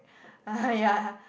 uh ya